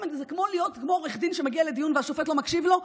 זה כמו להיות עורך דין שמגיע לדיון והשופט לא מקשיב לו,